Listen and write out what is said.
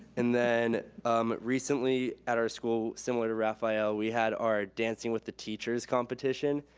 and then um recently at our school, similar to rafael, we had our dancing with the teachers competition.